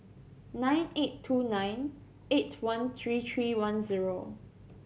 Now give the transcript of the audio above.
nine eight two nine eight one three three one zero